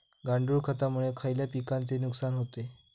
गांडूळ खतामुळे खयल्या पिकांचे नुकसान होते?